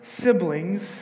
siblings